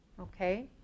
Okay